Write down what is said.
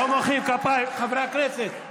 לא מוחאים כפיים, חברי הכנסת.